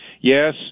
Yes